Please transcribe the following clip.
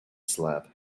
slab